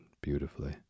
beautifully